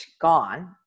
gone